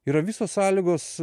yra visos sąlygos